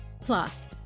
Plus